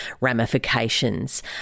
ramifications